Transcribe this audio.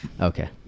okay